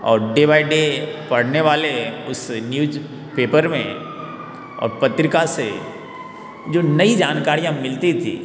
और day by day पढ़ने वाले इस न्यूज पेपर में और पत्रिका से जो नई जानकारियाँ मिलती थी